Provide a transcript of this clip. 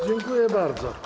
Dziękuję bardzo.